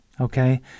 okay